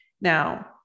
now